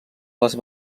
les